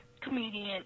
comedian